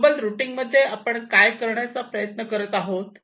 global routing मध्ये आपण काय करण्याचा प्रयत्न करत आहोत